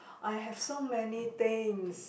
I have so many things